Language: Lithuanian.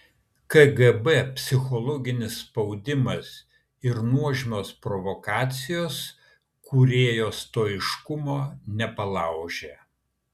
kgb psichologinis spaudimas ir nuožmios provokacijos kūrėjo stoiškumo nepalaužė